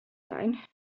zijn